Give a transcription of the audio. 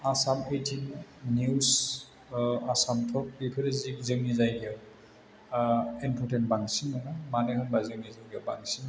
आसाम ओइटिन निउस आसाम तक बेफोर जोंनि जायगायाव इमफर्टेन बांसिन नङा मानो होनोबा जोंनि जायगायाव बांसिन